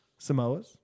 Samoas